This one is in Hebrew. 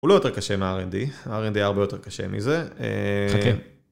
הוא לא יותר קשה מ-R&D, R&D הוא הרבה יותר קשה מזה. חכה